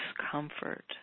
discomfort